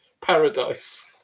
paradise